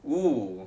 oo